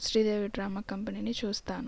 Sridevi drama కంపెనీని చూస్తాను